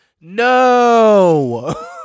No